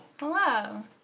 Hello